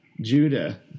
Judah